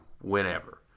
whenever